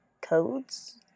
codes